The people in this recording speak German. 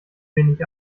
wenig